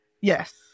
Yes